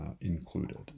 included